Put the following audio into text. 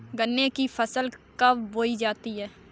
गन्ने की फसल कब बोई जाती है?